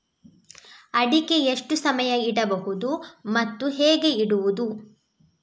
ಅಡಿಕೆ ಎಷ್ಟು ಸಮಯ ಇಡಬಹುದು ಮತ್ತೆ ಹೇಗೆ ಇಡುವುದು?